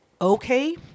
okay